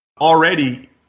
already